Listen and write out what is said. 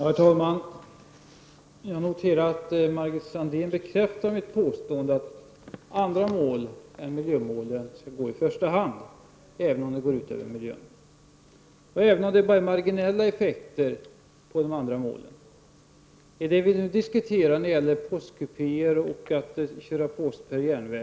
Herr talman! Jag noterar att Margit Sandéhn bekräftar mitt påstående att andra mål än miljömålen skall tillgodoses i första hand, även om det går ut över miljön och även om de andra målen drabbas av endast marginella effekter. Vi har här diskuterat postbefordran med järnväg, postkupéer osv.